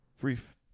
brief